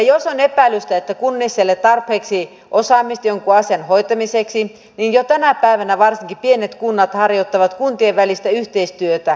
jos on epäilystä että kunnissa ei ole tarpeeksi osaamista jonkun asian hoitamiseksi niin jo tänä päivänä varsinkin pienet kunnat harjoittavat kuntienvälistä yhteistyötä